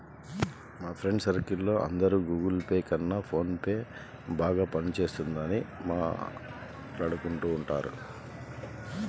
మా friends circle లో అందరూ గుగుల్ పే కన్నా ఫోన్ పేనే బాగా పని చేస్తున్నదని మాట్టాడుకుంటున్నారు